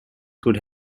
could